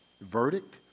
verdict